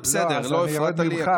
זה בסדר, לא הפרעת לי.